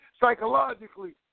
psychologically